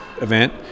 event